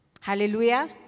Hallelujah